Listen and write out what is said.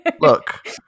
Look